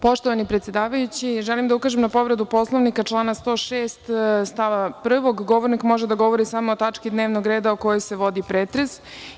Poštovani predsedavajući, želim da ukažem na povredu Poslovnika, člana 106. stava 1. - govornik može da govori samo o tački dnevnog reda o kojoj se vodi pretres.